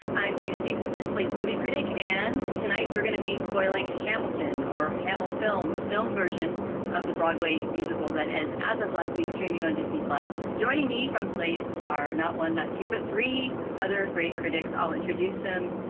i'm dana stevin, but and slate's movie critic. and tonight, we're gonna be spoiling hamilton or hammil film, the film version of the broadway musical that is as of last week streaming on disney plus. joining me from slate are not one, not two, but three other great critics. i'll introduce them.